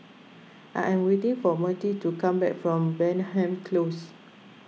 I am waiting for Mertie to come back from Denham Close